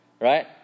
Right